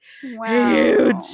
huge